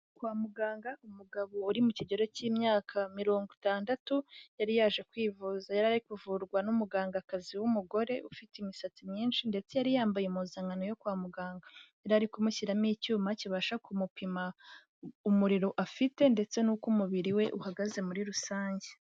Kwa muganga umugabo uri mu kigero k'imyaka mirongo itandatu yari yaje kwivuza, yari ari kuvurwa n'umugangakazi w'umugore ufite imisatsi myinshi ndetse yari yambaye impuzankano yo kwa muganga, yari ari kumushyiramo icyuma kibasha kumupima umuriro afite ndetse n'uko umubiri we uhagaze muri rusange.